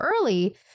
early